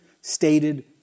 stated